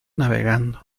navegando